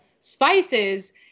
spices